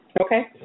Okay